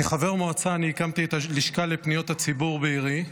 כחבר מועצה אני הקמתי את הלשכה לפניות הציבור בעירי.